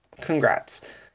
congrats